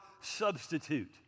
substitute